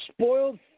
spoiled